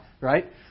right